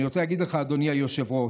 אדוני היושב-ראש,